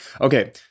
Okay